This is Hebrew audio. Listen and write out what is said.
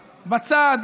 בצד,